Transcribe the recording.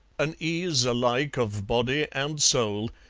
an ease alike of body and soul,